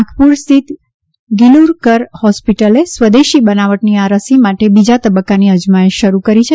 નાગપુર સ્થિત ગિલુરકર હોસ્પિટલે સ્વદેશી બનાવટની આ રસી માટે બીજા તબક્કાની અજમાયશ શરૂ કરી છે